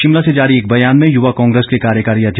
शिमला से जारी एक बयान में युवा कांग्रेस के कार्यकारी हुआ है